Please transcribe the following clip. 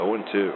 0-2